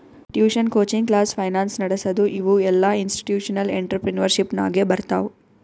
tuition, coaching class, finance ನಡಸದು ಇವು ಎಲ್ಲಾಇನ್ಸ್ಟಿಟ್ಯೂಷನಲ್ ಇಂಟ್ರಪ್ರಿನರ್ಶಿಪ್ ನಾಗೆ ಬರ್ತಾವ್